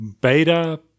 beta